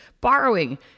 borrowing